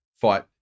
fight